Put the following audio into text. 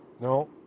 no